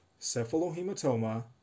cephalohematoma